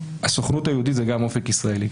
הסוכנות היהודית זה גם אופק ישראלי.